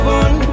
one